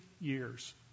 years